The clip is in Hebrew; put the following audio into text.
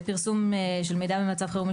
פרסום של מידע במצב חירום,